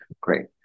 Great